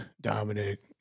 Dominic